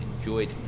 enjoyed